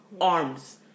Arms